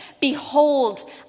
behold